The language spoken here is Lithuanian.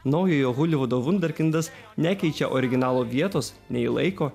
naujojo holivudo vunderkindas nekeičia originalo vietos nei laiko